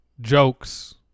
jokes